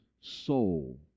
soul